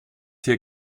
hier